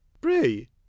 Pray